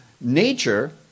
nature